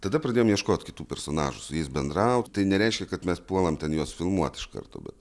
tada pradėjom ieškot kitų personažų su jais bendraut tai nereiškia kad mes puolam ten juos filmuot iš karto bet